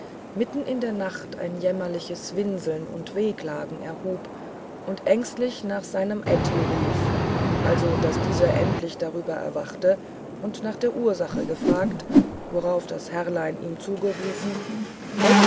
mitten in der nacht ein jämmerlich winseln und wehklagen erhub und ängstlich nach seim aeti rief also daß diser endlich darüber erwacht und nach der ursach gefragt worauf das herrlein ihm zugerufen